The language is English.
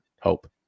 hope